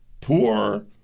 poor